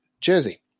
Jersey